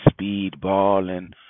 speedballing